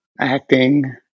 acting